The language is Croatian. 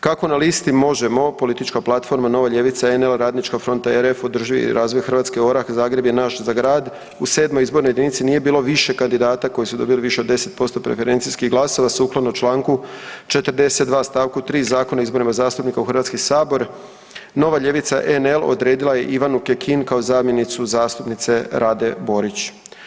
Kako na listi Možemo!, politička platforma Nova ljevica-NL, Radnička fronta-RF, Održivi razvoj Hrvatske-ORaH, Zagreb je NAŠ, ZA GRAD u 7. izbornoj jedinici nije bilo više kandidata koji su dobili više od 10% preferencijskih glasova, sukladno čl. 42 st. 3 Zakona o izborima zastupnika u HS, Nova ljevica-NL odredila je Ivanu Kekin kao zamjenicu zastupnice Rade Borić.